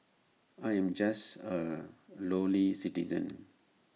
I am just A lowly citizen